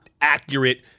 accurate